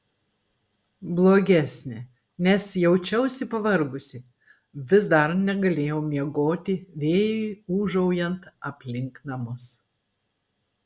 blogesnė nes jaučiausi pavargusi vis dar negalėjau miegoti vėjui ūžaujant aplink namus